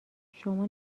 شما